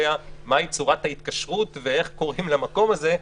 מהי צורת ההתקשרות ואיך קוראים למקום הזה.